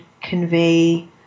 convey